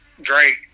drake